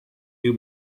new